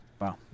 Wow